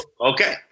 Okay